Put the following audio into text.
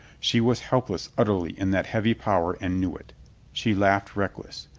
she was helpless utterly in that heavy power and knew it she laughed reckless.